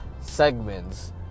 segments